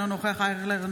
אינו נוכח ישראל אייכלר,